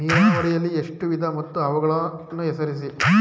ನೀರಾವರಿಯಲ್ಲಿ ಎಷ್ಟು ವಿಧ ಮತ್ತು ಅವುಗಳನ್ನು ಹೆಸರಿಸಿ?